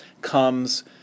comes